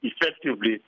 effectively